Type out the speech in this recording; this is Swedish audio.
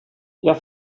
jag